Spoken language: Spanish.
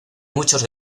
muchos